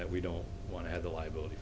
that we don't want to have a liability